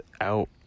out